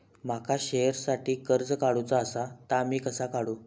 माका शेअरसाठी कर्ज काढूचा असा ता मी कसा काढू?